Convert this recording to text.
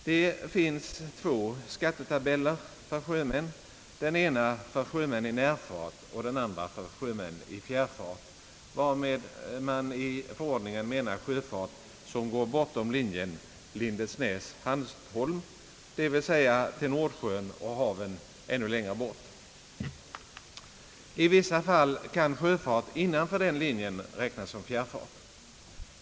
Det finns två skattetabeller för sjömän — den ena för sjömän i närfart, den andra för sjömän i fjärrfart. Med fjärrfart avses i förordningen sjöfart som går bortom linjen Lindesnes-—Hanstholm, d.v.s. till Nordsjön och haven ännu längre bort. I vissa fall kan sjöfart innanför den linjen räknas som fjärrfart.